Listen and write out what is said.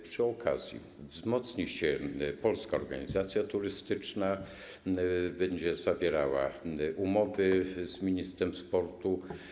Przy okazji wzmocni się Polska Organizacja Turystyczna, która będzie zawierała umowy z ministrem sportu.